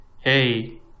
hey